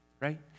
right